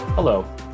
Hello